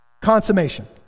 consummation